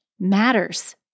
matters